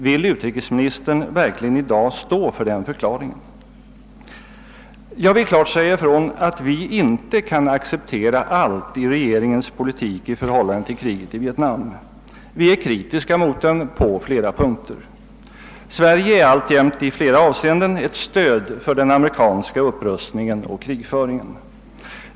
Vill utrikesministern verkligen i dag stå för den förklaringen? Jag vill klart säga ifrån att vi inte kan acceptera allt i regeringens politik i förhållande till kriget i Vietnam. Vi är kritiska mot den på flera punkter. Sverige är alltjämt i flera avseenden ett stöd för den amerikanska upprustningen och krigföringen.